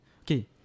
Okay